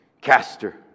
caster